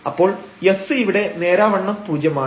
അപ്പോൾ s ഇവിടെ നേരാവണ്ണം പൂജ്യമാണ്